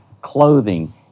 clothing